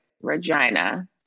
Regina